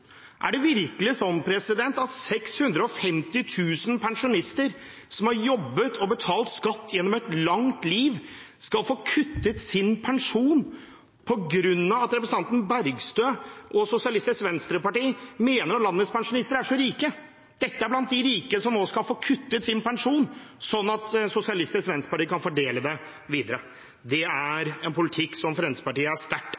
Er det virkelig sånn at 650 000 pensjonister, som har jobbet og betalt skatt gjennom et langt liv, skal få kuttet sin pensjon på grunn av at representanten Bergstø og SV mener at landets pensjonister er så rike? Dette er de rike som nå skal få kuttet sin pensjon, sånn at SV kan fordele den videre. Det er en politikk som Fremskrittspartiet er sterkt